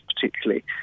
particularly